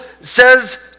says